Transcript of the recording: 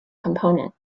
component